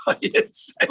yes